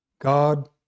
God